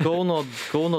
kauno kauno